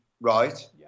right